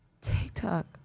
TikTok